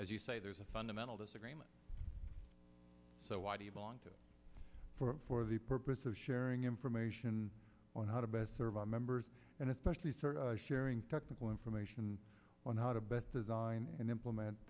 as you say there's a fundamental disagreement so why do you belong to for the purpose of sharing information on how to best serve our members and especially sharing technical information on how to best design and implement